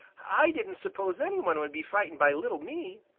i didn't suppose anyone would be frightened by little me,